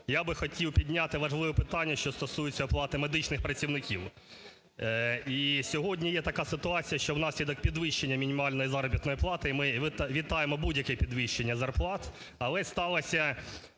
я би хотів підняти важливе питання, що стосується оплати медичних працівників. І сьогодні є така ситуація, що у наслідок підвищення мінімальної заробітної плати (ми вітаємо будь-яке підвищення зарплат), але сталася